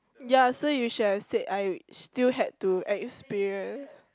ya so you should have said I still had to experience